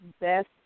best